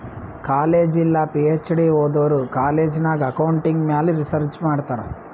college ಇಲ್ಲ PhD ಓದೋರು college ನಾಗ್ ಅಕೌಂಟಿಂಗ್ ಮ್ಯಾಲ ರಿಸರ್ಚ್ ಮಾಡ್ತಾರ್